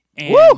Woo